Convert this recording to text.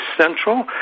central